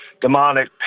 demonic